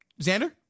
Xander